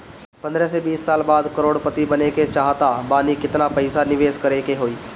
पंद्रह से बीस साल बाद करोड़ पति बने के चाहता बानी केतना पइसा निवेस करे के होई?